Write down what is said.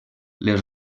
les